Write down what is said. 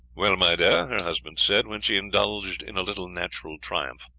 well, my dear, her husband said, when she indulged in a little natural triumph,